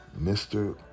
Mr